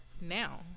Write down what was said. now